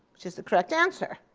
which is the correct answer.